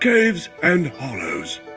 caves and hollows